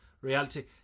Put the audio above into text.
reality